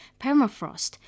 permafrost